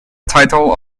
title